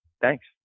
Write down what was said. Thanks